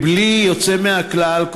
בלי יוצא מן הכלל,